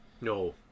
No